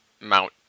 Mount